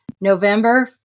November